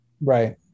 Right